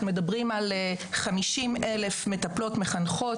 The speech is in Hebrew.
אנחנו מדברים על 50,000 מטפלות מחנכות.